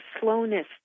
slowness